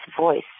voice